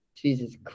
Jesus